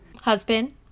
Husband